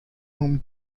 whom